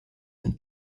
and